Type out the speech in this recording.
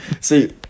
See